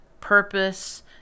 purpose